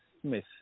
Smith